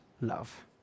love